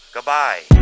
Goodbye